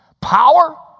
Power